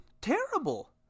terrible